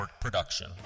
production